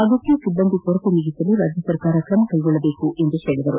ಅಗತ್ಯ ಸಿಬ್ಬಂದಿಗಳ ಕೊರತೆ ನೀಗಿಸಲು ರಾಜ್ಯ ಸರ್ಕಾರ ಕ್ರಮ ಕೈಗೊಳ್ಳಬೇಕು ಎಂದು ಹೇಳದರು